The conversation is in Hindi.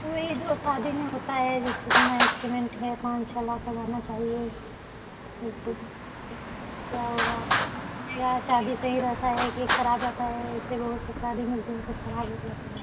ऊ ही जो शादी में होता है जैसे कि नए इस्टुमेंट है पाँच छः लाख का गहना चाहिए क्या होगा विवाह शादी सही रहता है कि खराब जाता है ऐसे बहुत से शादी में मिलते है तो खराब हो जाता है